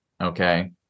Okay